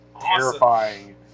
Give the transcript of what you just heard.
terrifying